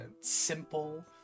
simple